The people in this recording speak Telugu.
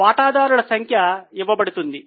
వాటాదారుల సంఖ్య ఇవ్వబడుతుంది